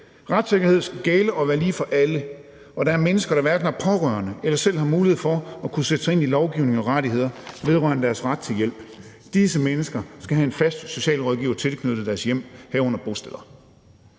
Retssikkerhed skal gælde og være lige for alle. Der er mennesker, der hverken har pårørende eller selv har mulighed for at kunne sætte sig ind i lovgivning og rettigheder vedrørende deres ret til hjælp. Disse mennesker skal have en fast socialrådgiver tilknyttet deres hjem, herunder bosteder.